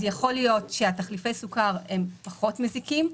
יכול להיות שתחליפי הסוכר פחות מזיקים,